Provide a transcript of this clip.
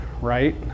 right